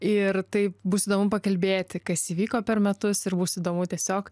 ir taip bus įdomu pakalbėti kas įvyko per metus ir bus įdomu tiesiog